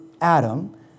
Adam